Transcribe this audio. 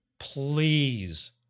Please